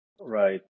Right